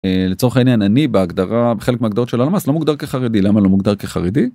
לצורך העניין, אני בהגדרה, בחלק מהגדרות של הלמ"ס לא מוגדר כחרדי, למה לא מוגדר כחרדי?